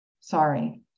Sorry